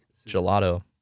Gelato